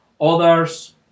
Others